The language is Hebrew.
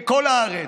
בכל הארץ,